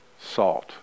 salt